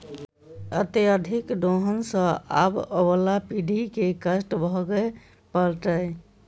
अत्यधिक दोहन सँ आबअबला पीढ़ी के कष्ट भोगय पड़तै